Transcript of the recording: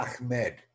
Ahmed